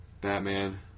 Batman